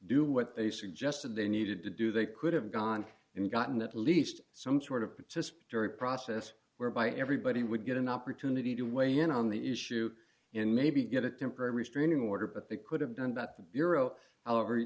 do what they suggested they needed to do they could have gone and gotten at least some sort of participatory process whereby everybody would get an opportunity to weigh in on the issue and maybe get a temporary restraining order but they could have done